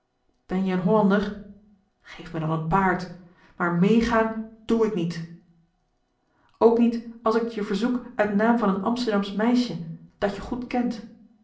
ben jij een hollander geef me dan een paard maar meegaan doe ik niet ook niet als ik het je verzoek uit naam van een amsterdamsch meisje dat je goed kent